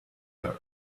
earth